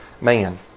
man